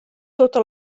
tota